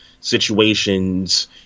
situations